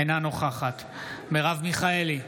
אינה נוכחת מרב מיכאלי,